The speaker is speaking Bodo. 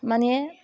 मानि